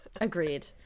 Agreed